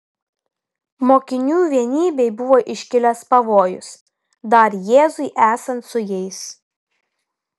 mokinių vienybei buvo iškilęs pavojus dar jėzui esant su jais